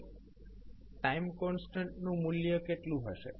હવે time constant નું મૂલ્ય કેટલું હશે